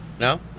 no